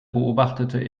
beobachtete